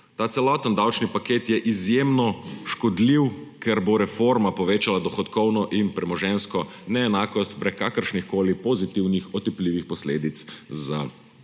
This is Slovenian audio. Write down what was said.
Ta celotni davčni paket je izjemno škodljiv, ker bo reforma povečala dohodkovno in premoženjsko neenakost brez kakršnihkoli pozitivnih, otipljivih posledic za